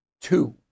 Two